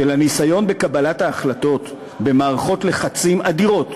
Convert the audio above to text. שלניסיון בקבלת החלטות במערכות לחצים אדירות,